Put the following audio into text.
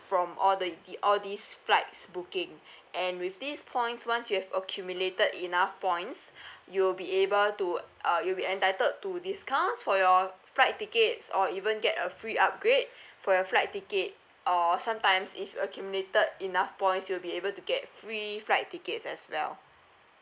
from all the the all these flights booking and with these points once you have accumulated enough points you'll be able to uh you'll be entitled to discounts for your flight tickets or even get a free upgrade for your flight ticket or sometimes if accumulated enough points you'll be able to get free flight tickets as well